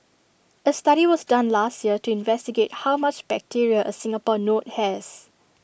A study was done last year to investigate how much bacteria A Singapore note has